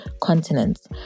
continents